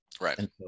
Right